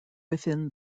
within